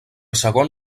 segon